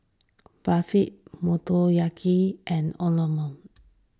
Barfi Motoyaki and